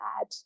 add